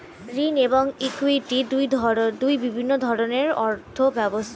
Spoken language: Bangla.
ঋণ এবং ইক্যুইটি দুটি ভিন্ন ধরনের অর্থ ব্যবস্থা